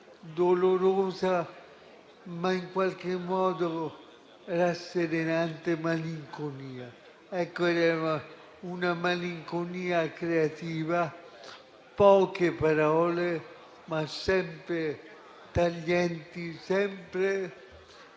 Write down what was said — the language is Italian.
dolorosa ma in qualche modo rasserenante malinconia. Era una malinconia creativa - poche parole, ma sempre taglienti - e